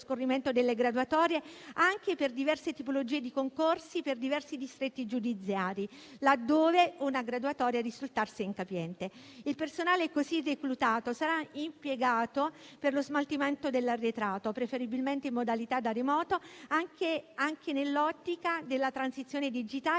scorrimento delle graduatorie, anche per diverse tipologie di concorsi per diversi distretti giudiziari, laddove una graduatoria risultasse incapiente. Il personale così reclutato sarà impiegato per lo smaltimento dell'arretrato, preferibilmente in modalità da remoto, anche nell'ottica della transizione digitale,